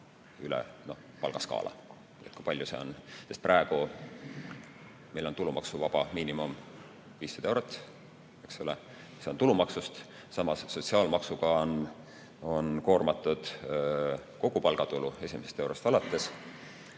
üle palgaskaala, kui palju see on? Sest praegu meil on tulumaksuvaba miinimum 500 eurot, eks ole, see on tulumaksust vaba, samas sotsiaalmaksuga on koormatud kogu palgatulu esimesest eurost alates.